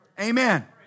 Amen